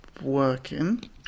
Working